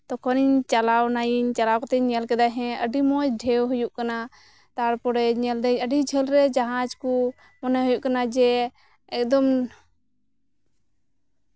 ᱛᱚᱠᱷᱚᱱᱤᱧ ᱪᱟᱞᱟᱣᱱᱟᱭᱤᱧ ᱪᱟᱞᱟᱣ ᱠᱟᱛᱮ ᱤᱧ ᱧᱮᱞ ᱠᱮᱫᱟ ᱦᱮᱸ ᱟᱰᱤ ᱢᱚᱸᱡ ᱰᱷᱮᱣ ᱦᱤᱡᱩᱜ ᱠᱟᱱᱟ ᱛᱟᱨᱯᱚᱨᱮ ᱧᱮᱞᱫᱟᱹᱧ ᱟᱰᱤ ᱡᱷᱟᱹᱞ ᱨᱮ ᱡᱟᱦᱟᱡ ᱠᱚ ᱢᱚᱱᱮ ᱦᱩᱭᱩᱜ ᱠᱟᱱᱟ ᱡᱮ ᱮᱠᱫᱚᱢ